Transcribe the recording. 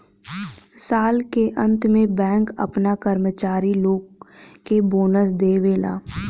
साल के अंत में बैंक आपना कर्मचारी लोग के बोनस देवेला